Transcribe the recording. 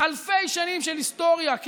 אלפי שנים של היסטוריה.